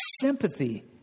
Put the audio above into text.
sympathy